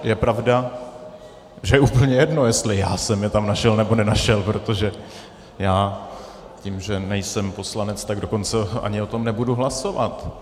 Je pravda, že je úplně jedno, jestli já jsem je tam našel, nebo nenašel, protože tím, že nejsem poslanec, tak dokonce ani o tom nebudu hlasovat.